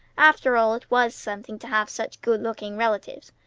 after all, it was something to have such good-looking relatives.